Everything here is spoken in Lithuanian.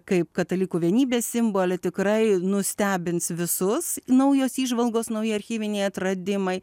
kaip katalikų vienybės simbolį tikrai nustebins visus naujos įžvalgos nauji archyviniai atradimai